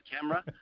camera